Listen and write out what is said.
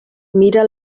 mira